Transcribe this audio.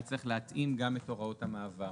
היה צריך להתאם גם את הוראות המעבר.